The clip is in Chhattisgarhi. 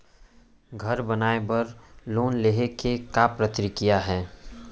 घर बनाये बर लोन लेहे के का प्रक्रिया हे?